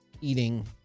Eating